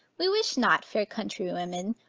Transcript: we wish not, fair countrywomen,